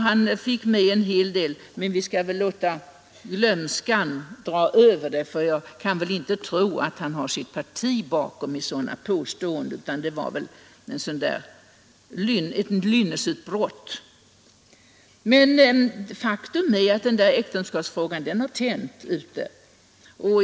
Han fick med en hel del annat också, men jag kanske skall överlämna det åt glömskan, eftersom jag inte kan tro att herr Henmark har sitt parti bakom sig i det fallet. Det var väl mera ett lynnesutbrott. Faktum är emellertid att äktenskapsfrågan har tänt ute i buskarna.